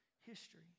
history